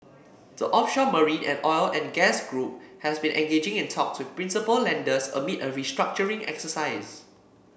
the offshore marine and oil and gas group has been engaging in talks with principal lenders amid a restructuring exercise